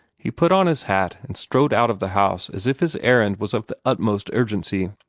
he put on his hat, and strode out of the house as if his errand was of the utmost urgency.